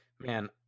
Man